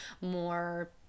more